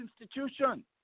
institution